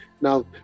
Now